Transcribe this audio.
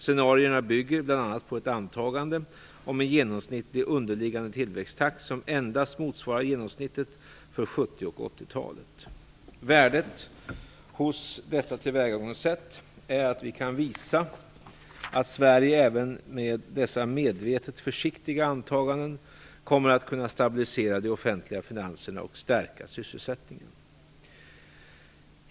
Scenarierna bygger bl.a. på ett antagande om en genomsnittlig underliggande tillväxttakt som endast motsvarar genomsnittet för 70 och 80-talen. Värdet hos detta tillvägagångssätt är att vi kan visa att Sverige även med dessa medvetet försiktiga antaganden kommer att kunna stabilisera de offentliga finanserna och stärka sysselsättningen.